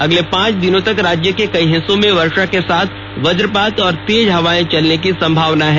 अगले पांच दिनों तक राज्य के कई हिस्सों में वर्षा के साथ वजपात और तेज हवा चलने की संभावना है